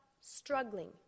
struggling